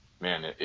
man